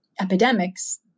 epidemics